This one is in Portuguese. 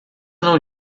não